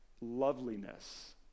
loveliness